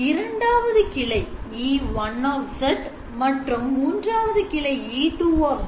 இரண்டாவது கிளை E1 மற்றும் மூன்றாவது கிளைE2